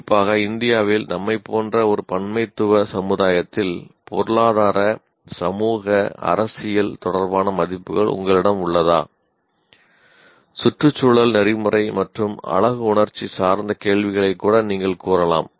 குறிப்பாக இந்தியாவில் நம்மைப் போன்ற ஒரு பன்மைத்துவ சமுதாயத்தில் பொருளாதார சமூக அரசியல் தொடர்பான மதிப்புகள் உங்களிடம் உள்ளதா சுற்றுச்சூழல் நெறிமுறை மற்றும் அழகுணர்ச்சி சார்ந்த கேள்விகளைக் கூட நீங்கள் கூறலாம்